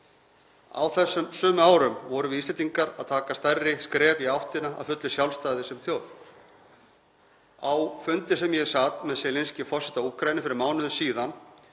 Á þessum sömu árum vorum við Íslendingar að taka stærri skref í áttina að fullu sjálfstæði sem þjóð. Á fundi sem ég sat með Selenskí, forseta Úkraínu, fyrir mánuði síðan